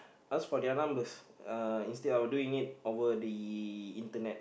ask for their numbers uh instead of doing it over the internet